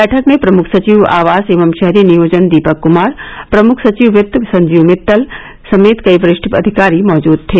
बैठक में प्रमुख सचिव आवास एवं शहरी नियोजन दीपक कुमार प्रमुख सचिव वित्त संजीव मित्तल समेत कई वरिष्ठ अधिकारी मौजूद थे